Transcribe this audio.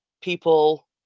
people